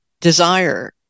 desire